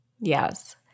Yes